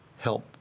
help